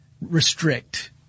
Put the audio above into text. restrict